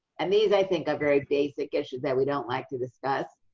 and these i think are very basic issues that we don't like to discuss.